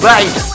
Right